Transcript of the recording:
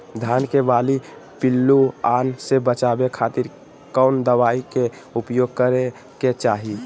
धान के बाली पिल्लूआन से बचावे खातिर कौन दवाई के उपयोग करे के चाही?